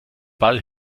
ball